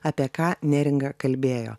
apie ką neringa kalbėjo